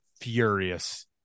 furious